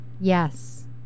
Yes